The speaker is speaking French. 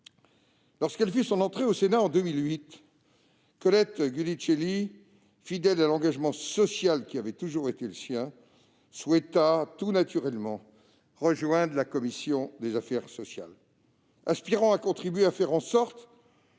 Lorsqu'elle fit son entrée au Sénat en 2008, Colette Giudicelli, fidèle à l'engagement social qui avait toujours été le sien, souhaita tout naturellement rejoindre la commission des affaires sociales. Aspirant à contribuer à ce « que